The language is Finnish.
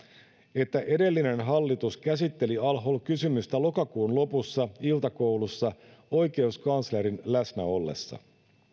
että edellinen hallitus käsitteli al hol kysymystä lokakuun lopussa iltakoulussa oikeuskanslerin läsnä ollessa